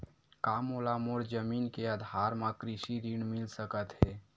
का मोला मोर जमीन के आधार म कृषि ऋण मिल सकत हे?